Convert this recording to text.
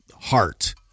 heart